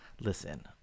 Listen